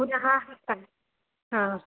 पुनः हा